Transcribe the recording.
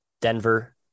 Denver